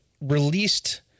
released